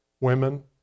women